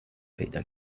پیدا